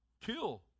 kill